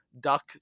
duck